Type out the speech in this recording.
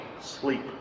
sleep